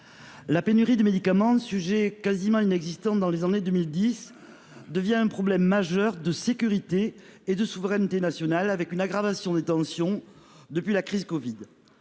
La pénurie de médicaments sujet quasiment inexistante dans les années 2010 devient un problème majeur de sécurité et de souveraineté nationale avec une aggravation des tensions depuis la crise Covid